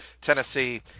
Tennessee